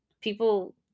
People